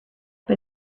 but